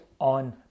on